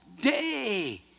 day